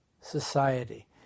society